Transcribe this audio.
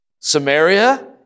Samaria